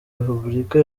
repubulika